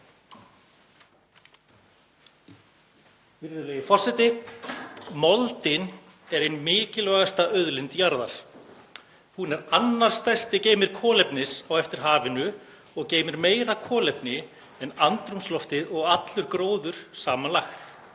Virðulegur forseti. Moldin er ein mikilvægasta auðlind jarðar. Hún er annar stærsti geymir kolefnis á eftir hafinu og geymir meira kolefni en andrúmsloftið og allur gróður samanlagt.